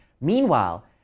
meanwhile